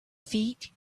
feet